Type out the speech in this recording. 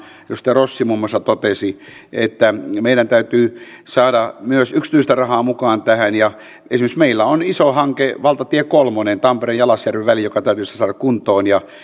edustaja rossi totesi että meidän täytyy saada myös yksityistä rahaa mukaan tähän meillä on esimerkiksi iso hanke valtatie kolmonen tampere jalasjärvi väli joka täytyisi saada kuntoon ja